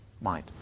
mind